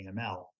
AML